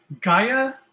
Gaia